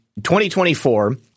2024